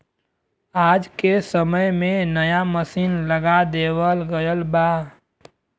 आज के समय में नया मसीन लगा देवल गयल बा